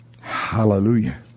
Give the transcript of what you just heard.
Hallelujah